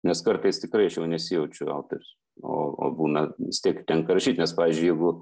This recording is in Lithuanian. nes kartais tikrai aš jau nesijaučiu autorius o o būna vis tiek tenka rašyt nes pavyzdžiui jeigu